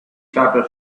charter